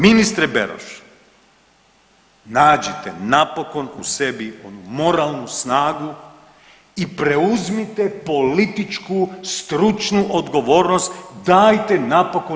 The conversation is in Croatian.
Ministre Beroš, nađite napokon u sebi onu moralnu snagu i preuzmite političku stručnu odgovornost, dajte napokon